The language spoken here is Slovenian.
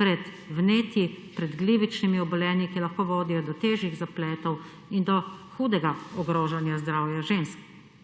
pred vnetji, pred glivičnimi obolenji, ki lahko vodijo do težjih zapletov in do hudega ogrožanja zdravja žensk.